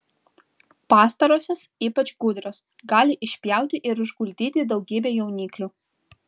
pastarosios ypač gudrios gali išpjauti ir išguldyti daugybę jauniklių